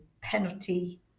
penalty